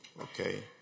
Okay